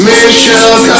Michelle